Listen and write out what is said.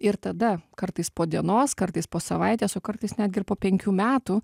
ir tada kartais po dienos kartais po savaitės o kartais netgi ir po penkių metų